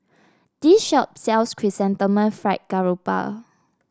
this shop sells Chrysanthemum Fried Garoupa